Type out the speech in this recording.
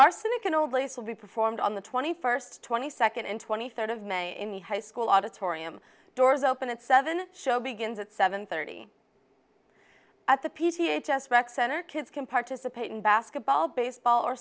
arsenic and old lace will be performed on the twenty first twenty second and twenty third of may in the high school auditorium doors open at seven show begins at seven thirty at the p c a test rec center kids can participate in basketball baseball or